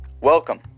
welcome